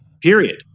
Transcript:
period